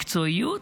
מקצועיות?